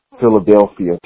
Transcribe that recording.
Philadelphia